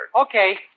Okay